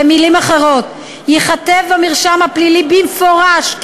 במילים אחרות: ייכתב במרשם הפלילי במפורש כי